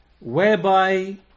whereby